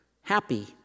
happy